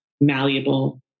malleable